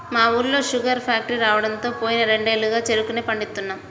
మా ఊళ్ళో sugar factory రాడంతో పోయిన రెండేళ్లుగా చెరుకునే పండిత్తన్నాం